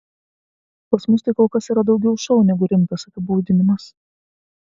pas mus tai kol kas yra daugiau šou negu rimtas apibūdinimas